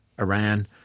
Iran